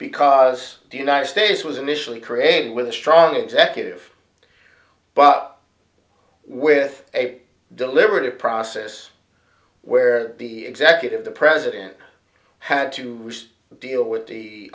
because the united states was initially created with a strong executive but with a deliberative process where the executive the president had to deal with